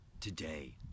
today